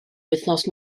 wythnos